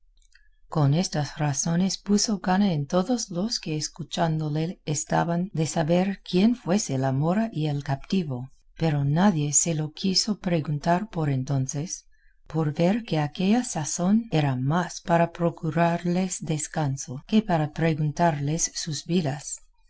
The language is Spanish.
con estas razones puso gana en todos los que escuchándole estaban de saber quién fuese la mora y el captivo pero nadie se lo quiso preguntar por entonces por ver que aquella sazón era más para procurarles descanso que para preguntarles sus vidas